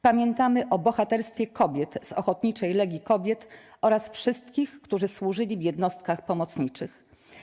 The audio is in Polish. Pamiętamy o bohaterstwie kobiet z Ochotniczej Legii Kobiet oraz wszystkich, którzy służyli w jednostkach pomocniczych.